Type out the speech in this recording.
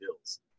bills